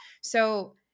So-